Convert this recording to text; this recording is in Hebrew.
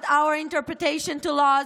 interpretation to laws,